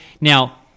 Now